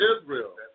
Israel